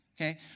Okay